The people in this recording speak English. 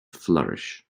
flourish